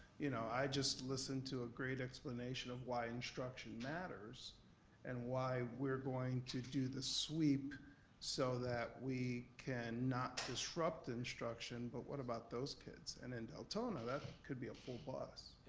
you know i just listened to a great explanation of why instruction matters and why we're going to do the sweep so that we can not disrupt the instruction but what about those kids? and in deltona that could be a full bus.